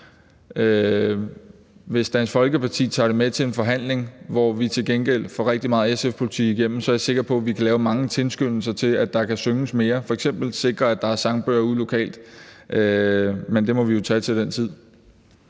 Hvis Dansk Folkeparti tager det med til en forhandling, hvor vi til gengæld får rigtig meget SF-politik igennem, er jeg sikker på, vi kan lave mange tilskyndelser til, at der kan synges mere, f.eks. ved at sikre, at der er sangbøger ude lokalt. Men det må vi jo tage til den tid.